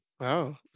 Wow